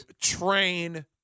train